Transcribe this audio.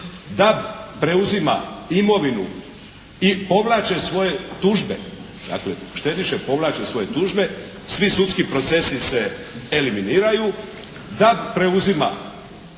DAB preuzima imovinu i povlače svoje tužbe. Dakle, štediše povlače svoje tužbe, svi sudski procesi se eliminiraju, DAB preuzima svu imovinu